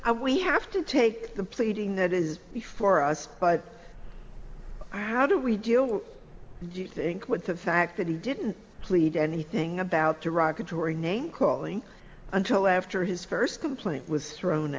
i we have to take the pleading that is before us but how do we deal do you think with the fact that he didn't plead anything about derogatory name calling until after his first complaint was thrown